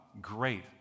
Great